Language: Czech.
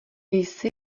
jsi